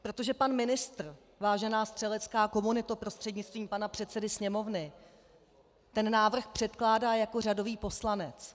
Protože pan ministr, vážená střelecká komunito prostřednictvím pana předsedy Sněmovny, ten návrh předkládá jako řadový poslanec.